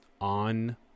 on